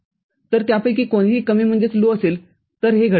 तर त्यापैकी कोणीही कमीअसेल तर हे घडते